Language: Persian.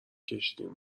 کشیدیم